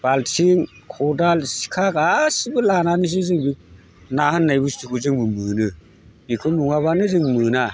बाल्थिं खदाल सिखा गासिबो लानानैसो जोङो ना होननाय बुस्थुखौ मोनो बेखौ नङाब्लानो जों मोना